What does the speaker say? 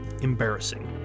embarrassing